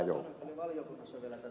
eli tämä ed